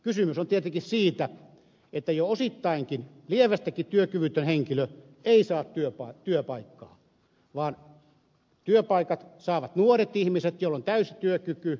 kysymys on tietenkin siitä että jo osittainkin lievästikin työkyvytön henkilö ei saa työpaikkaa vaan työpaikat saavat nuoret ihmiset joilla on täysi työkyky